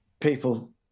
people